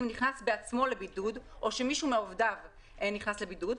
נכנס בעצמו לבידוד או שמישהו מעובדיו נכנס לבידוד.